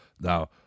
Now